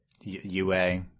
UA